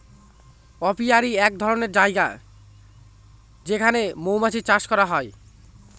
apiary এক ধরনের জায়গা যেখানে মৌমাছি চাষ করা হয়